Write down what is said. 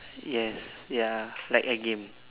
yes ya like a game